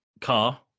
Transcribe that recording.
car